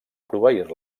proveir